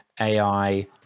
AI